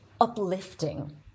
uplifting